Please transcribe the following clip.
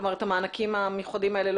את המענקים המיוחדים האלה,